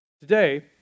Today